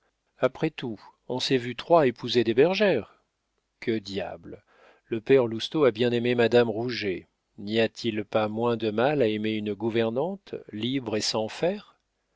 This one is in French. après tout on s'est vu trois épouser des bergères que diable le père lousteau a bien aimé madame rouget n'y a-t-il pas moins de mal à aimer une gouvernante libre et sans fers